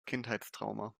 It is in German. kindheitstrauma